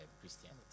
Christianity